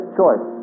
choice